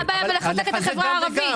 מה הבעיה בלחזק את החברה הערבית?